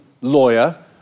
lawyer